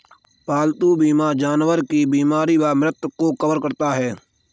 पालतू बीमा जानवर की बीमारी व मृत्यु को कवर करता है